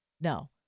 no